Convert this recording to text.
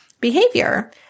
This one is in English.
behavior